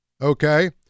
okay